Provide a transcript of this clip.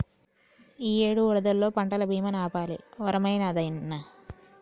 ఇయ్యేడు వరదల్లో పంటల బీమా నాపాలి వరమైనాదన్నా